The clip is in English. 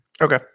okay